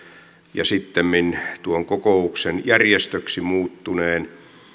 ja sittemmin tuon kokouksesta järjestöksi muuttuneen